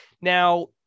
now